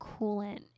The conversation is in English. coolant